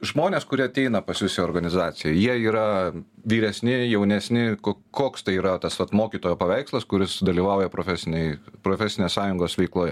žmonės kurie ateina pas jus į organizaciją jie yra vyresni jaunesni ko koks tai yra tas vat mokytojo paveikslas kuris dalyvauja profesinėj profesinės sąjungos veikloj